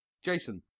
Jason